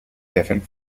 different